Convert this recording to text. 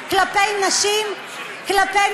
בבקשה.